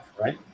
right